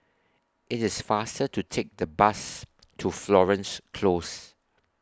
IT IS faster to Take The Bus to Florence Close